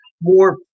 more